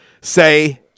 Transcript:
say